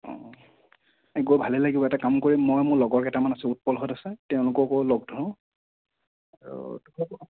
গৈ ভালেই লাগিব ইয়াতে কাম কৰি মই মোৰ লগৰ কেইটামান আছে উৎপলহঁত আছে তেওঁলোককো লগ ধৰো আৰু